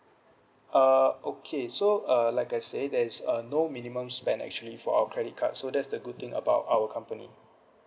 uh okay so uh like I say there is uh no minimum spend actually for our credit card so that's the good thing about our company